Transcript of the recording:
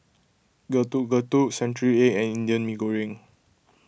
Getuk Getuk Century Egg and Indian Mee Goreng